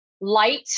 Light